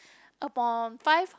upon five